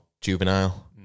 juvenile